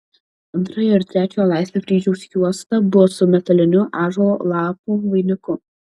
antrojo ir trečiojo laipsnio kryžiaus juosta buvo su metaliniu ąžuolo lapų vainiku